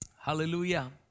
Hallelujah